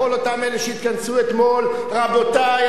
לכל אותם אלה שהתכנסו אתמול: רבותי,